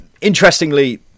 Interestingly